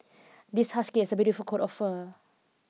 this husky has a beautiful coat of fur